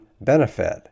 benefit